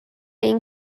این